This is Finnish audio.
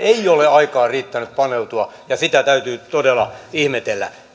ei ole aikaa riittänyt paneutua ja sitä täytyy todella ihmetellä